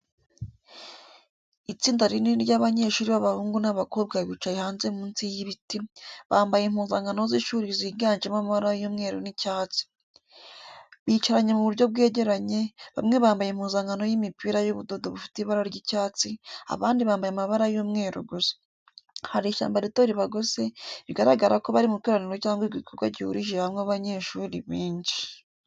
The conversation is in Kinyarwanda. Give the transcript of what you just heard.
Itsinda rinini ry'abanyeshuri b'abahungu n'abakobwa bicaye hanze munsi y’ibiti, bambaye impuzankano z’ishuri ziganjemo amabara y’umweru n’icyatsi. Bicaranye mu buryo bwegeranye, bamwe bambaye impuzankano y'imipira y'ubudodo bufite ibara ry’icyatsi, abandi bambaye amabara y'umweru gusa. Hari ishyamba rito ribagose, bigaragara ko bari mu ikoraniro cyangwa igikorwa gihurije hamwe abanyeshuri benshi.